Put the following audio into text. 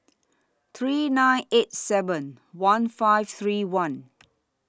three nine eight seven one five three one